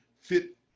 fit